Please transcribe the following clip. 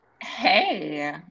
Hey